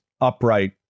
upright